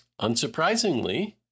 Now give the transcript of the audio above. Unsurprisingly